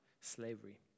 slavery